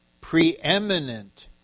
preeminent